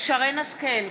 שרן השכל,